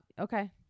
okay